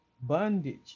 Bondage